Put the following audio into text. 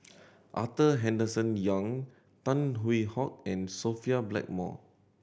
Arthur Henderson Young Tan Hwee Hock and Sophia Blackmore